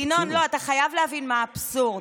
ינון, לא, אתה חייב להבין מה האבסורד.